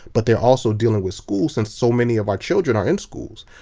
but they're also dealing with schools since so many of our children are in schools.